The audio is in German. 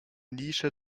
nische